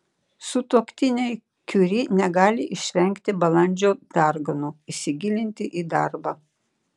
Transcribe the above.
sutuoktiniai kiuri negali išvengti balandžio darganų įsigilinti į darbą